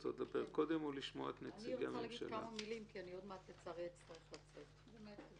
אני רוצה לומר כמה מילים בקצרה כי אצטרך לצאת עוד מעט.